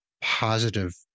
positive